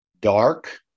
dark